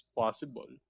possible